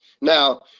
now